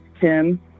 Tim